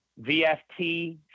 VFT